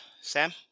Sam